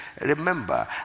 Remember